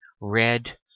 red